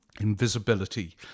invisibility